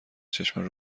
چشم